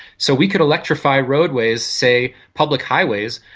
so we could electrify roadways, say public highways,